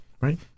right